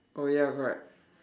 oh ya correct